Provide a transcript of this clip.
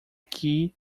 key